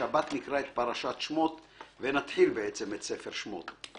בשבת נקרא את פרשת שמות ונתחיל את ספר שמות.